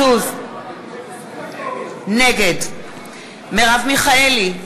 נגד מרב מיכאלי,